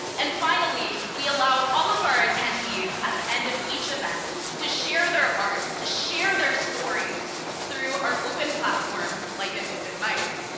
and finally, we allow all of our attendees at the end of each event to share their art, to share their stories through our open platform, like an open mic.